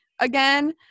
again